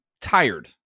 tired